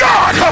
God